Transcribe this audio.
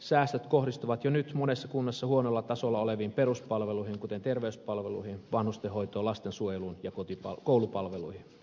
säästöt kohdistuvat jo nyt monessa kunnassa huonolla tasolla oleviin peruspalveluihin kuten terveyspalveluihin vanhustenhoitoon lastensuojeluun ja koulupalveluihin